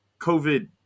COVID